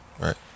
Right